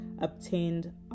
obtained